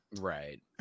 right